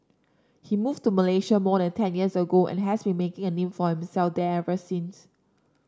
he moved to Malaysia more than ten years ago and has been making a name for himself there ever since